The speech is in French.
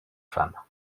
femmes